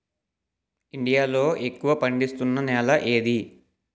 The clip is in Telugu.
ఇండియా లో ఎక్కువ పండిస్తున్నా నేల ఏది?